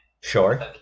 Sure